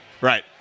Right